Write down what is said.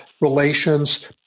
relations